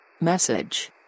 Message